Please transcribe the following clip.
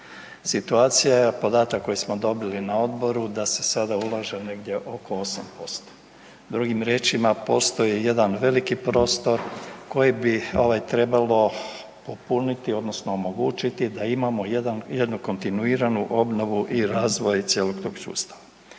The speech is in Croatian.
Situacija je, a podatak koji smo dobili na Odboru da se sada ulaže negdje oko 8%, drugim riječima postoji jedan veliki prostor koji bi ovaj trebalo popuniti odnosno omogućiti da imamo jedan, jednu kontinuiranu obnovu i razvoj cijelog tog sustava.